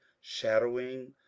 shadowing